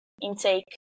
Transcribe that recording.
intake